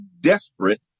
desperate